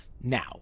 Now